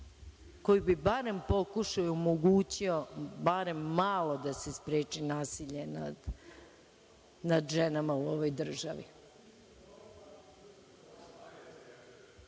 koji bi barem pokušao i omogućio, barem malo da se spreči nasilje nad ženama u ovoj državi.(Balša